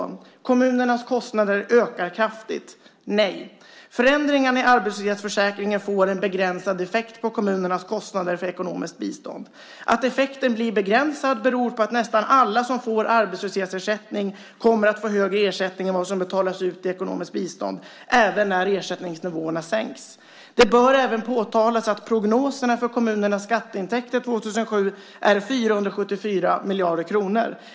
Kommunernas kostnader ökar kraftigt. Nej, förändringarna i arbetslöshetsförsäkringen får en begränsad effekt på kommunernas kostnader för ekonomiskt bistånd. Att effekten blir begränsad beror på att nästan alla som får arbetslöshetsersättning kommer att få högre ersättning än vad som betalas ut i ekonomiskt bistånd även när ersättningsnivåerna sänks. Det bör även påtalas att prognoserna för kommunernas skatteintäkter år 2007 är 474 miljarder kronor.